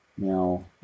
Now